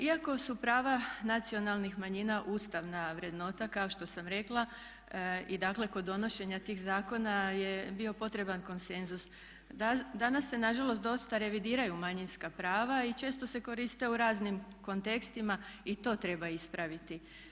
Iako su prava nacionalnih manjina ustavna vrednota kao što sam rekla i dakle kod donošenja tih zakona je bio potreban konsenzus, danas se nažalost dosta revidiraju manjinska prava i često se koriste u raznim kontekstima i to treba ispraviti.